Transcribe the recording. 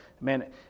man